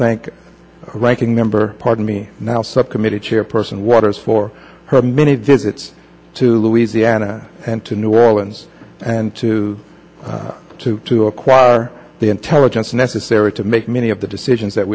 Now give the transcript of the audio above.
thank ranking member pardon me now subcommittee chairperson waters for her many visits to louisiana and to new orleans and to to to acquire the intelligence necessary to make many of the decisions that